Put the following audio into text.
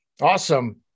Awesome